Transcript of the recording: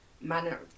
manner